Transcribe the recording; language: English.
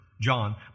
John